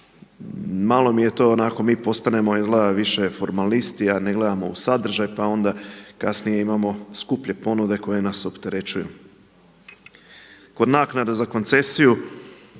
Malo mi je to onako, mi postanemo izgleda više formalisti, a ne gledamo u sadržaj, pa onda kasnije imamo skuplje ponude koje nas opterećuju. Kod naknada za koncesiju